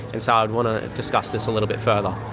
and so i'd want to discuss this a little bit further.